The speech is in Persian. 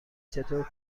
چطور